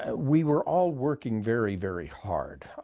ah we were all working very, very hard,